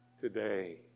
today